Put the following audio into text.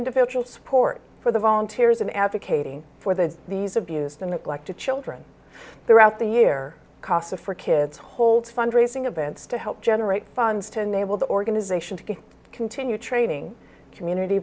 individual support for the volunteers and advocating for the these abused and neglected children throughout the year casa for kids holds fundraising events to help generate funds to enable the organization to continue training community